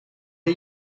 are